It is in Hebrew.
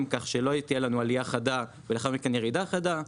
כך שלא תהיה לנו עלייה חדה ולאחר מכן ירידה חדה,